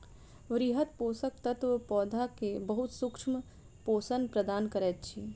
वृहद पोषक तत्व पौधा के बहुत सूक्ष्म पोषण प्रदान करैत अछि